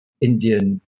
Indian